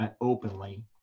openly